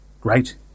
Great